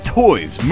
toys